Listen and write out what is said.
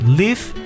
live